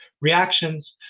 reactions